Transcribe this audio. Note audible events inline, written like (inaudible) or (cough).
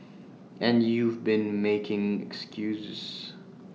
(noise) and you've been making excuses